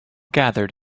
gathered